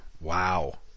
wow